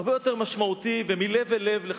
הרבה יותר משמעותי ומלב אל לב,